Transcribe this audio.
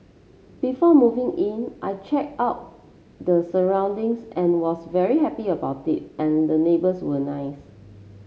before moving in I checked out the surroundings and was very happy about it and the neighbours were nice